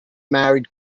married